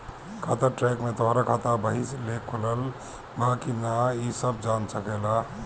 खाता ट्रैक में तोहरा खाता अबही ले खुलल बा की ना इ सब जान सकेला